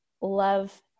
love